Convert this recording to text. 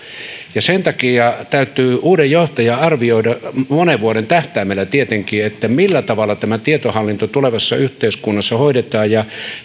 sen takia täytyy uuden johtajan arvioida monen vuoden tähtäimellä tietenkin millä tavalla tämä tietohallinto tulevassa yhteiskunnassa hoidetaan ja